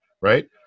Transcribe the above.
right